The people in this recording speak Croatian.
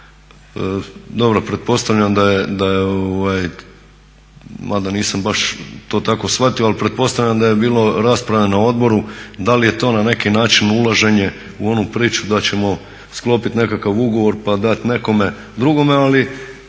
dobro pretpostavljam da je, ma da nisam baš to tako shvatio, ali pretpostavljam da je bilo rasprave na odboru da li je to na neki način ulaženje u onu priču da ćemo sklopiti nekakav ugovor pa dat nekome drugome, ali